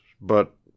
but